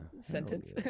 sentence